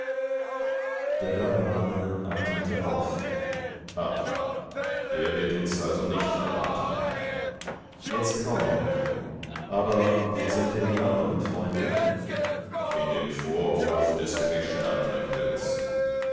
der brahmane atmete auf ach der wird uns also nicht verraten jetzt kaum mehr aber wo sind denn die anderen freunde in dem vorhof des